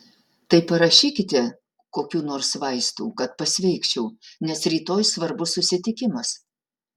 tai parašykite kokių nors vaistų kad pasveikčiau nes rytoj svarbus susitikimas